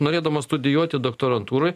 norėdamas studijuoti doktorantūroj